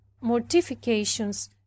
mortifications